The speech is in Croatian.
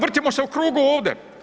Vrtimo se u krug ovdje.